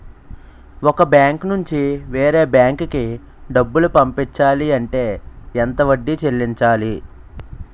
ఒక బ్యాంక్ నుంచి వేరే బ్యాంక్ కి డబ్బులు పంపించాలి అంటే ఎంత వడ్డీ చెల్లించాలి?